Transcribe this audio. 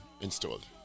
installed